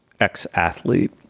ex-athlete